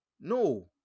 No